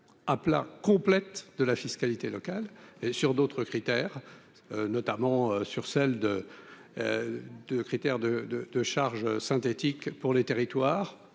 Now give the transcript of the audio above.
à plat complète de la fiscalité locale et sur d'autres critères, notamment sur celle de 2 critères de de de charges synthétique pour les territoires